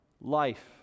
life